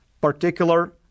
particular